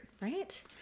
right